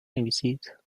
نویسید